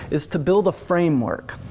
is to build a framework.